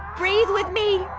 breathe with me.